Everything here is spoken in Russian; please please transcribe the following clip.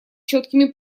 четкими